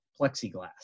plexiglass